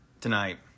tonight